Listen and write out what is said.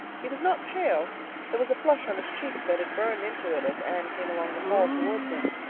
he was not pale there was a flush on his cheek that had burned into it as anne came along the hall towards him,